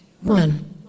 one